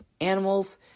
animals